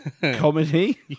comedy